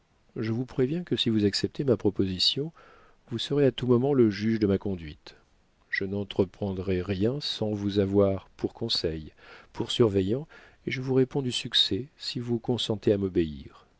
je vous préviens que si vous acceptez ma proposition vous serez à tout moment le juge de ma conduite je n'entreprendrai rien sans vous avoir pour conseil pour surveillant et je vous réponds du succès si vous consentez à m'obéir